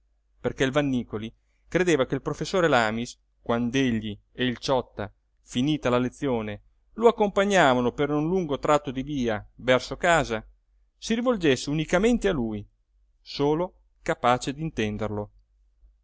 perché il vannícoli credeva che il professor lamis quand'egli e il ciotta finita la lezione lo accompagnavano per un lungo tratto di via verso casa si rivolgesse unicamente a lui solo capace d'intenderlo